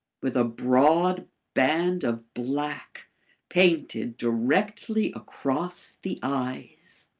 with a broad band of black painted directly across the eyes.